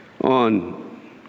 on